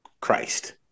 Christ